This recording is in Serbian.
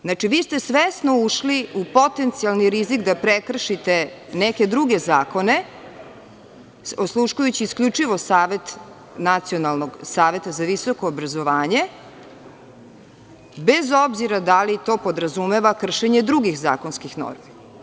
Znači, vi ste svesno ušli u potencijalni rizik da prekršite neke druge zakone, osluškujući isključivo savet, Nacionalnog saveta za visoko obrazovanje, bez obzira da li to podrazumeva kršenje drugih zakonskih normi.